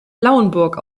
lauenburg